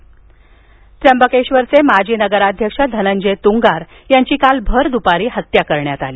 हुत्त्या त्र्यंबकेश्वरचे माजी नगराध्यक्ष धनंजय तुंगार यांची काल भर दुपारी हत्या करण्यात आली